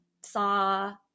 saw